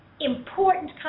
important